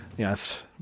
Yes